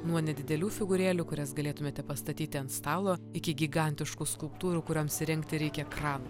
nuo nedidelių figūrėlių kurias galėtumėte pastatyti ant stalo iki gigantiškų skulptūrų kurioms įrengti reikia krano